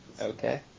Okay